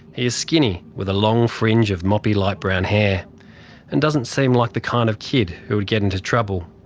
he is skinny, with a long fringe of moppy light brown hair and doesn't seem like the kind of kid who would get into trouble.